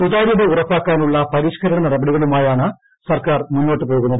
സുതാര്യത ഉറപ്പാക്കാനുള്ള പരിഷ്കരണ നടപടികളുമായാണ് സർക്കാർ മുന്നോട്ടു പോകുന്നത്